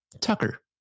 Tucker